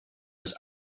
was